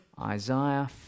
Isaiah